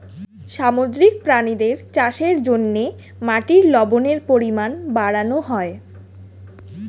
সামুদ্রিক প্রাণীদের চাষের জন্যে মাটির লবণের পরিমাণ বাড়ানো হয়